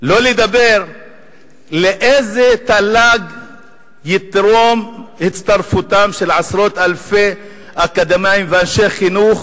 שלא לדבר לאיזה תל"ג תתרום הצטרפותם של עשרות אלפי אקדמאים ואנשי חינוך,